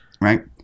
Right